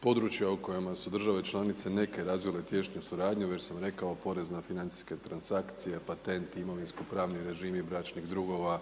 područja u kojima su države članice neke razvile tijesnu suradnju, već sam rekao porezne, financijske transakcije, patentni, imovinsko-pravni režimi bračnih drugova,